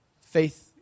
faith